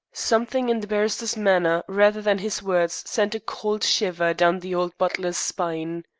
something in the barrister's manner rather than his words sent a cold shiver down the old butler's spine.